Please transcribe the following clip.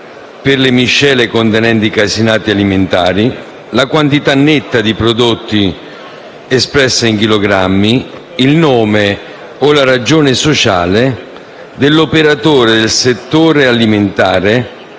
per le miscele contenenti caseinati alimentari, la quantità netta di prodotti espressa in chilogrammi, il nome o la ragione sociale dell'operatore del settore alimentare